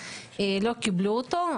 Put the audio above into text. לא קיבלו אותו,